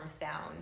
sound